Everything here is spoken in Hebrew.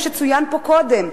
כמו שצוין פה קודם,